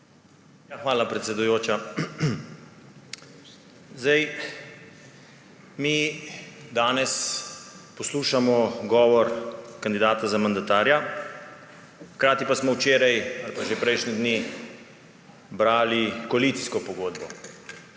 Hvala, predsedujoča. Mi danes poslušamo govor kandidata za mandatarja, hkrati pa smo včeraj ali pa že prejšnje dni brali koalicijsko pogodbo.